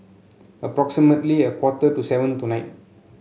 approximately a quarter to seven tonight